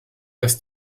das